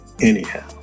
anyhow